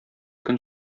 көн